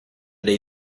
dei